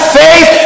faith